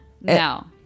No